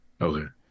Okay